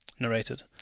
Narrated